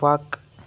وق